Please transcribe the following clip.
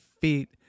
feet